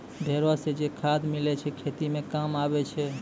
भेड़ो से जे खाद मिलै छै खेती मे काम आबै छै